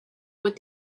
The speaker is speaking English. what